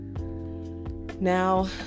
Now